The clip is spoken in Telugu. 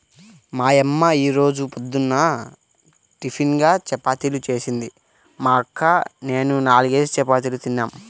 మా యమ్మ యీ రోజు పొద్దున్న టిపిన్గా చపాతీలు జేసింది, మా అక్క నేనూ నాల్గేసి చపాతీలు తిన్నాం